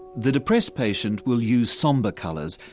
the depressed patient will use sombre colours,